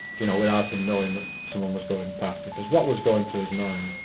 you know, without him knowing that someone was going past. because what was going through his mind.